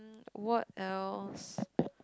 what else